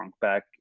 back